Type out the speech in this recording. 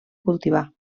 cultivar